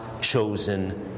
chosen